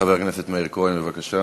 חבר הכנסת מאיר כהן, בבקשה.